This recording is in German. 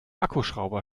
akkuschrauber